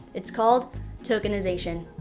it's called tokenization.